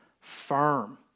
firm